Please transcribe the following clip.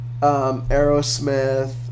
Aerosmith